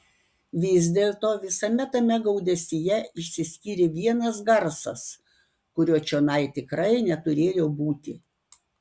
vis dėlto visame tame gaudesyje išsiskyrė vienas garsas kurio čionai tikrai neturėjo būti